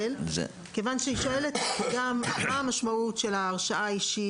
שהיא שואלת מהי המשמעות של ההרשאה האישית,